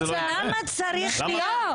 למה צריך שיהיה --- לא,